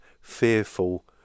fearful